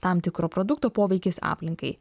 tam tikro produkto poveikis aplinkai